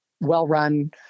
well-run